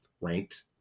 ranked